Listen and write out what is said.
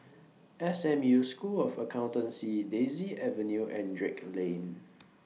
S M U School of Accountancy Daisy Avenue and Drake Lane